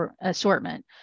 assortment